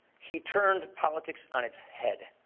he turned politics on its head.